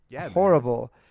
horrible